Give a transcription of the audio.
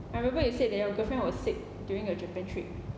I remember you said that your girlfriend was sick during your japan trip